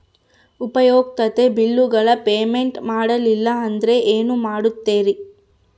ಉಪಯುಕ್ತತೆ ಬಿಲ್ಲುಗಳ ಪೇಮೆಂಟ್ ಮಾಡಲಿಲ್ಲ ಅಂದರೆ ಏನು ಮಾಡುತ್ತೇರಿ?